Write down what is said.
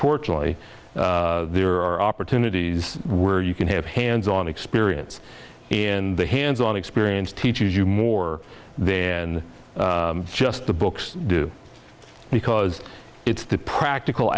fortunately there are opportunities where you can have hands on experience in the hands on experience teaches you more then just the books do because it's the practical